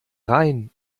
rhein